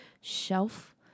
shelf